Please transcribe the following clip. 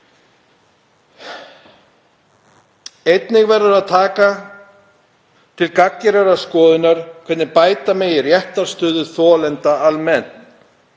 Einnig verður að taka til gagngerrar skoðunar hvernig bæta megi réttarstöðu þolenda almennt.